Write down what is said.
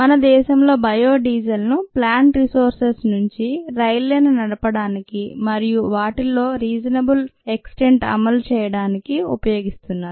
మన దేశంలో bio diesel ను ప్లాంట్ రిసోర్సెస్ నుంచి రైళ్ళని నడపడానికి మరియు అలాంటి వాటిల్లో రీసనబుల్ ఎక్సటెంట్ అమలు చేయడానికి ఉపయోగిస్తున్నారు